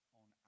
on